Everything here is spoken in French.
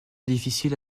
difficiles